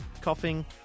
coughing